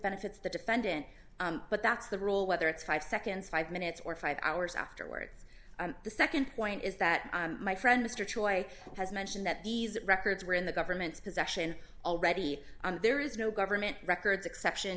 benefits the defendant but that's the rule whether it's five seconds five minutes or five hours afterwards the nd point is that my friend mr choice has mentioned that these records were in the government's possession already on there is no government records exception